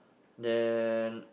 then